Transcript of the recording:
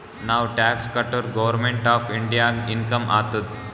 ನಾವ್ ಟ್ಯಾಕ್ಸ್ ಕಟುರ್ government of ಇಂಡಿಯಾಗ ಇನ್ಕಮ್ ಆತ್ತುದ್